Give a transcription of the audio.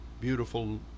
beautiful